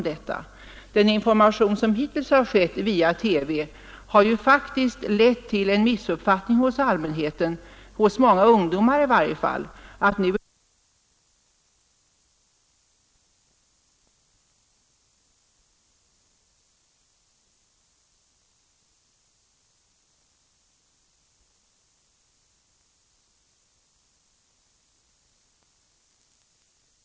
Den information som hittills skett via TV har faktiskt lett till en missuppfattning hos allmänheten — i varje fall hos många ungdomar — att nu är det fritt fram att gå in i snabbköpen och stjäla, bara man håller sig under 20 kronor. Det är ju ändå inte meningen.